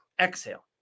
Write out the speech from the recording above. exhale